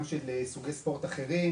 גם של סוגי ספורט אחרים,